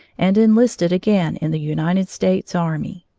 and enlisted again in the united states army.